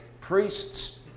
priests